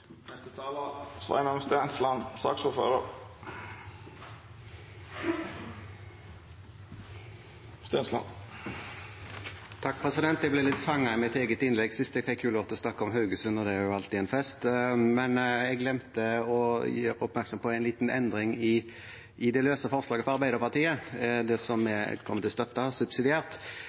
Jeg ble litt fanget av mitt eget innlegg sist, for jeg fikk lov til å snakke om Haugesund – og det er jo alltid en fest. Jeg glemte å gjøre oppmerksom på en liten endring i det løse forslaget fra Arbeiderpartiet – det som vi kommer til å støtte subsidiært.